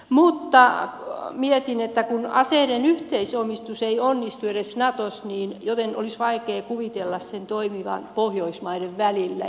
mutta mietin että kun aseiden yhteisomistus ei onnistu edes natossa niin olisi vaikea kuvitella sen toimivan pohjoismaiden välillä